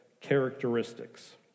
characteristics